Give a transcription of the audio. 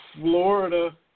Florida